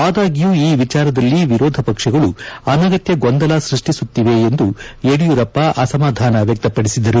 ಆದಾಗ್ಯೂ ಈ ವಿಚಾರದಲ್ಲಿ ವಿರೋಧ ಪಕ್ಷಗಳು ಅನಗತ್ಯ ಗೊಂದಲ ಸ್ಪಡ್ಷಿಸುತ್ತಿವೆ ಎಂದು ಯಡಿಯೂರಪ್ಪ ಅಸಮಾಧಾನ ವ್ಯಕ್ತಪಡಿಸಿದರು